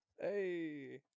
Hey